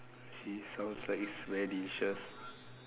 I see sounds like it's very delicious